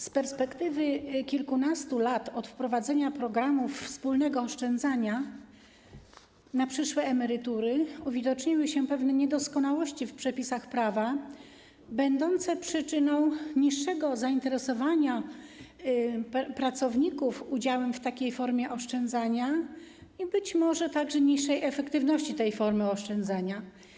Z perspektywy kilkunastu lat od wprowadzenia programów wspólnego oszczędzania na przyszłe emerytury uwidoczniły się pewne niedoskonałości w przepisach prawa będące przyczyną niższego zainteresowania pracowników udziałem w takiej formie oszczędzania i być może także niższej efektywności tej formy oszczędzania.